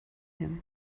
him